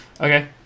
Okay